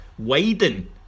Widen